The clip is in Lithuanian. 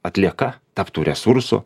atlieka taptų resursu